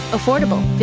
Affordable